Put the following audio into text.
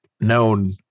known